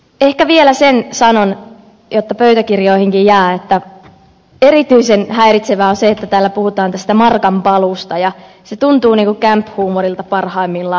ehkä vielä sen sanon jotta pöytäkirjoihinkin jää että erityisen häiritsevää on se että täällä puhutaan tästä markan paluusta ja se tuntuu niin kuin camp huumorilta parhaimmillaan